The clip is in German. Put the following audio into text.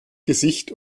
gesicht